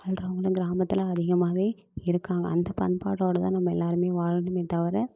வாழ்கிறவங்க கிராமத்தில் அதிகமாகவே இருக்காங்க அந்த பண்பாடோடு தான் நம்ம எல்லோருமே வாழணுமே தவிர